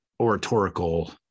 oratorical